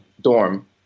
dorm